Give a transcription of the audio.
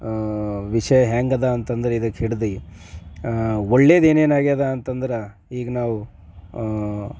ವಿಷಯ ಹೆಂಗಿದೆ ಅಂತಂದ್ರೆ ಇದಕ್ಕೆ ಹಿಡ್ದು ಒಳ್ಳೇದು ಏನೇನು ಆಗಿದೆ ಅಂತಂದ್ರೆ ಈಗ ನಾವು